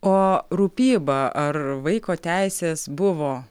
o rūpyba ar vaiko teisės buvo